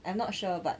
I'm not sure but